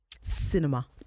cinema